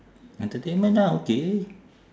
entertainment lah okay